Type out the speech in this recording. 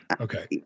Okay